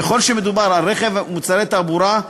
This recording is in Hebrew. ככל שמדובר על רכב ומוצרי תעבורה,